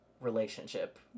relationship